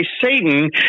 Satan